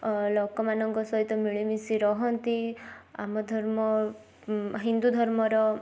ଲୋକମାନଙ୍କ ସହିତ ମିଳିମିଶି ରହନ୍ତି ଆମ ଧର୍ମ ହିନ୍ଦୁ ଧର୍ମର